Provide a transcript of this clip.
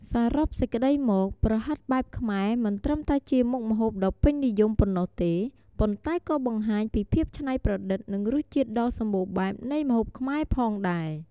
សរុបសេចក្តីមក ប្រហិតបែបខ្មែរមិនត្រឹមតែជាមុខម្ហូបដ៏ពេញនិយមប៉ុណ្ណោះទេ ប៉ុន្តែក៏បង្ហាញពីភាពច្នៃប្រឌិត និងរសជាតិដ៏សម្បូរបែបនៃម្ហូបខ្មែរផងដែរ។